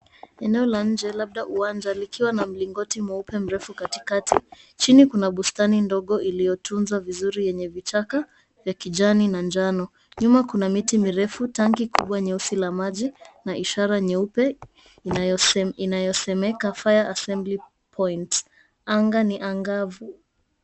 Eneo la nje, labda uwanja, likiwa na mlingoti mweupe, mrefu katikati. Chini kuna bustani ndogo iliyotunzwa vizuri yenye vichaka vya kijani na njano. Nyuma kuna miti mirefu tanki kubwa nyeusi la maji na ishara nyeupe inayosemeka Fire Assembly Point . Anga ni angavu.